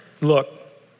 Look